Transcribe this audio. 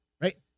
Right